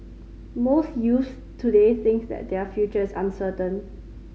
most youths today think that their futures are uncertain